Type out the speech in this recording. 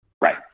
Right